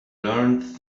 learned